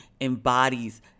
embodies